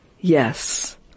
Yes